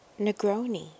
Negroni